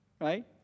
right